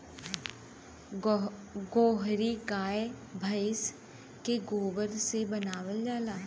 गोहरी गाय भइस के गोबर से बनावल जाला